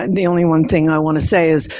and the only one thing i want to say is,